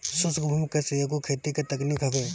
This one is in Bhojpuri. शुष्क भूमि कृषि एगो खेती के तकनीक हवे